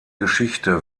geschichte